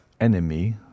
enemy